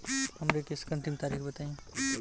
हमरे किस्त क अंतिम तारीख बताईं?